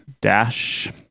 Dash